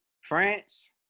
France